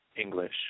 English